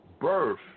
birth